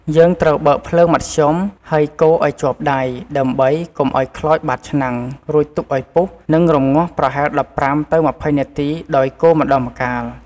យើងត្រូវបើកភ្លើងមធ្យម ហើយកូរឱ្យជាប់ដៃ ដើម្បីកុំឱ្យខ្លោចបាតឆ្នាំង រួចទុកឱ្យពុះ និងរំងាស់ប្រហែល ១៥ ទៅ ២០ នាទីដោយកូរម្ដងម្កាល។